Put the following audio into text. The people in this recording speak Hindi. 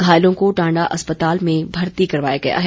घायलों को टाण्डा अस्पताल में भर्ती करवाया गया है